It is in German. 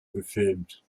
gefilmt